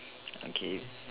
okay